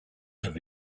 have